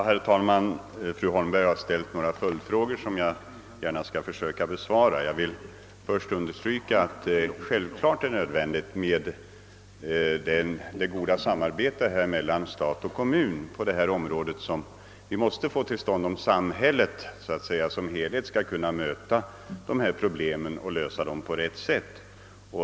Herr talman! Fru Holmberg har ställt några följdfrågor som jag gärna skall försöka besvara. Jag vill först understryka att det självklart är nödvändigt med ett gott samarbete mellan stat och kommun på detta område, om samhället som helhet skall kunna möta problemen och lösa dem på rätt sätt.